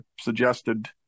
suggested